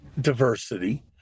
diversity